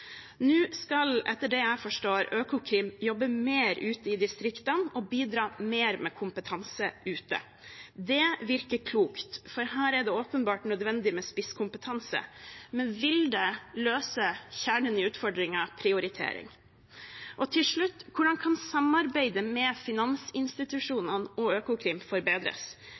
Nå skal, etter det jeg forstår, Økokrim jobbe mer ute i distriktene og bidra mer med kompetanse ute. Det virker klokt, for her er det åpenbart nødvendig med spisskompetanse. Men vil det løse kjernen i utfordringen – prioritering? Til slutt: Hvordan kan samarbeidet med finansinstitusjonene og Økokrim forbedres?